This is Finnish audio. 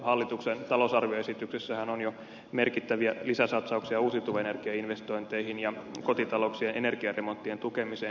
hallituksen talousarvioesityksessähän on jo merkittäviä lisäsatsauksia uusiutuvan energian investointeihin ja kotitalouksien energiaremonttien tukemiseen